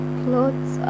clothes